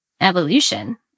evolution